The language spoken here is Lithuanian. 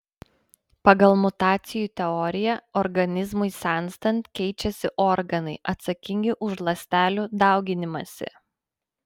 pagal mutacijų teoriją organizmui senstant keičiasi organai atsakingi už ląstelių dauginimąsi